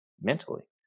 mentally